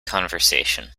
conversation